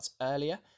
earlier